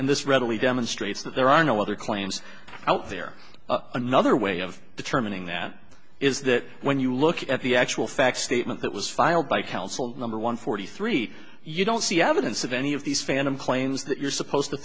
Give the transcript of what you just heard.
and this readily demonstrates that there are no other claims out there another way of determining that is that when you look at the actual fact statement that was filed by counsel number one forty three you don't see evidence of any of these phantom claims that you're supposed to